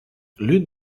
l’une